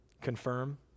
confirm